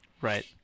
right